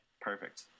Perfect